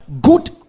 Good